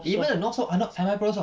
even the north south are not semi-pro [tau]